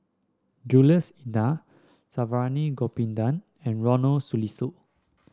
Jules Itier Saravanan Gopinathan and Ronald Susilo